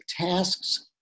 tasks